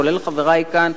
כולל חברי כאן,